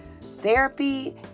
therapy